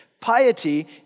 Piety